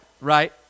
right